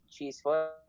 Cheesefoot